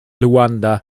luanda